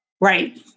Right